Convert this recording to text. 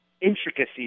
intricacies